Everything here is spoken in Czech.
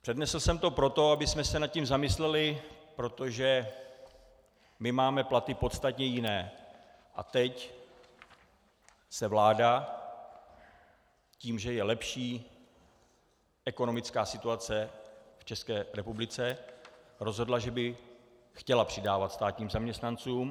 Přednesl jsem to proto, abychom se nad tím zamysleli, protože máme platy podstatně jiné, a teď se vláda tím, že je lepší ekonomická situace v České republice, rozhodla, že by chtěla přidávat státním zaměstnancům.